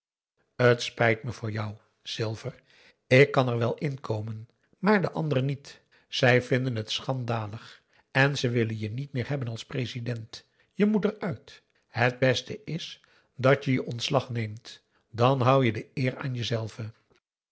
t spijt me voor jou silver ik kan er wel in komen maar de anderen niet zij vinden het schandalig en ze willen je niet meer hebben als president je moet eruit het beste is dat je je ontslag neemt dan hou je de eer aan je